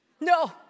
No